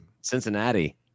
Cincinnati